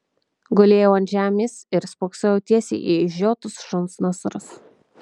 gulėjau ant žemės ir spoksojau tiesiai į išžiotus šuns nasrus